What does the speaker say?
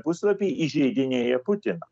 puslapiai įžeidinėja putiną